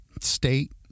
state